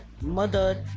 mother